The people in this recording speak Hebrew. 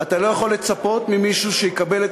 אתה לא יכול לצפות ממישהו שיקבל את